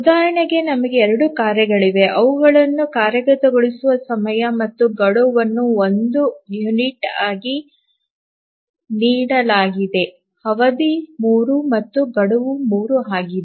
ಉದಾಹರಣೆಗೆ ನಮಗೆ 2 ಕಾರ್ಯಗಳಿವೆ ಅವುಗಳ ಕಾರ್ಯಗತಗೊಳಿಸುವ ಸಮಯ ಮತ್ತು ಗಡು ವನ್ನು 1 ಯುನಿಟ್ ಆಗಿ ನೀಡಲಾಗಿದೆ ಅವಧಿ 3 ಮತ್ತು ಗಡುವು 3 ಆಗಿದೆ